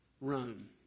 Rome